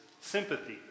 sympathy